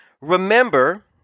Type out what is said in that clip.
Remember